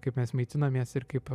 kaip mes maitinamės ir kaip